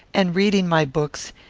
and reading my books,